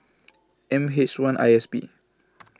M H one I S P